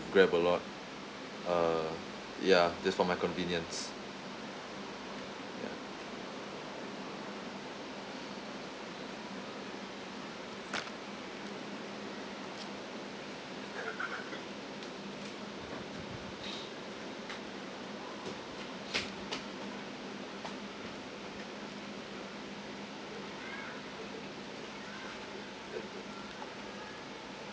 Grab a lot uh ya just for my convenience ya